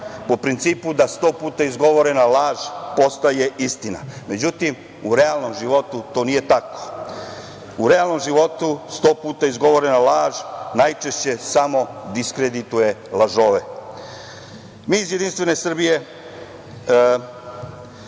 po principu da sto puta izgovorena laž postaje istina. Međutim, u realnom životu to nije tako. U realnom životu sto puta izgovorena laž najčešće samo diskredituje lažove. Još jednom